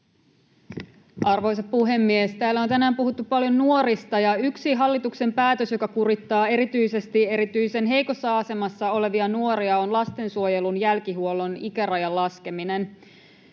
Arvoisa puhemies! Täällä on tänään puhuttu paljon nuorista, ja yksi hallituksen päätös, joka kurittaa erityisesti erityisen heikossa asemassa olevia nuoria, on lastensuojelun jälkihuollon ikärajan laskeminen.